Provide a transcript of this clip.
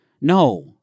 No